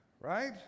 Right